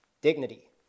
Dignity